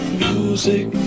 music